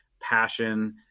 Passion